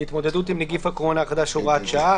להתמודדות עם נגיף הקורונה החדש (הוראת שעה)